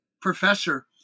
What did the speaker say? professor